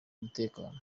umutekano